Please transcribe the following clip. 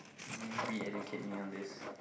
you re-educate me on this